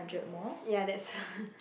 ya that's